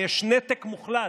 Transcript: ויש נתק מוחלט,